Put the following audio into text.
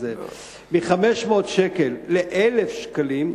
מ-500 שקלים ל-1,000 שקלים,